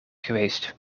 geweest